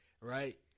right